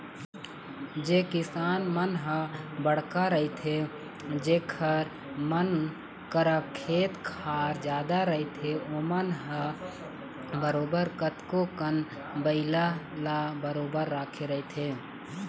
जेन किसान मन ह बड़का रहिथे जेखर मन करा खेत खार जादा रहिथे ओमन ह बरोबर कतको कन दवई ल बरोबर रखे रहिथे